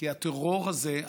כי הטרור הזה,